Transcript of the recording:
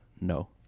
no